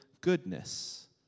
goodness